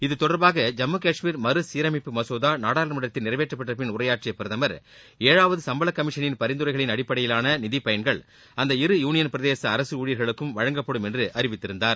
இதுதொடர்பாக ஜம்மு காஷ்மீர் மறுசீரமைப்பு மசோதா நாடாளுமன்றத்தில் நிறைவேற்றப்பட்டபின் ஏழாவது சும்பள கமிஷனின் பரிந்துரைகளின் அடிப்படையிலான நிதி பயன்கள் உரையாற்றிய பிரதமர் அந்த இரு யூனியன் பிரதேச அரசு ஊழியர்களுக்கு வழங்கப்படும் என்று அறிவித்திருந்தார்